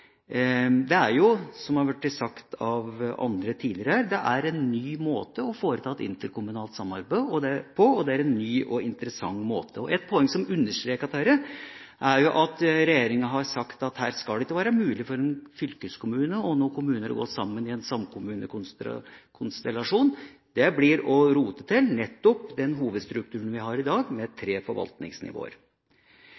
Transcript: Det er, som det har blitt sagt av andre tidligere her, en ny måte å foreta et interkommunalt samarbeid på, og det er en ny og interessant måte. Et poeng som understreker dette, er at regjeringa har sagt at det skal ikke være mulig for en fylkeskommune og noen kommuner å gå sammen i en samkommunekonstellasjon. Det blir å rote til nettopp den hovedstrukturen vi har i dag, med